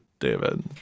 david